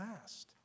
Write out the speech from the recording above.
last